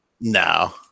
No